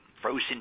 frozen